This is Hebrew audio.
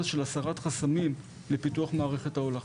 של הסרת חסמים לפיתוח מערכת ההולכה.